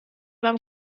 beim